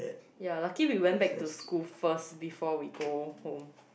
ya lucky we went back to school first before we go home